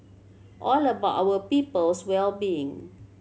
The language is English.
all about our people's well being